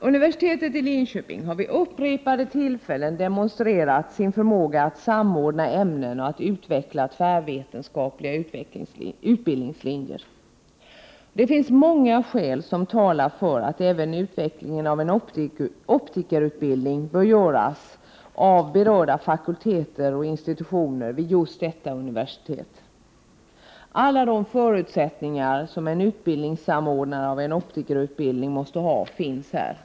Universitetet i Linköping har vid upprepade tillfällen demonstrerat sin förmåga att samordna ämnen och utveckla tvärvetenskapliga utbildningslinjer. Många skäl talar för att även utvecklingen av en optikerutbildning bör skötas av berörda fakulteter och institutioner vid just detta universitet. Alla de förutsättningar som en utbildningssamordnare av Prot. 1988/89:120 en optikerutbildning måste ha finns här.